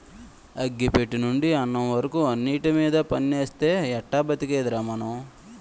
అగ్గి పెట్టెనుండి అన్నం వరకు అన్నిటిమీద పన్నేస్తే ఎట్టా బతికేదిరా మనం?